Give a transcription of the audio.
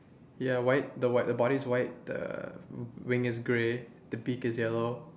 ya white the white the body's white the wing is grey the beak is yellow